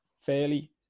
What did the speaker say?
fairly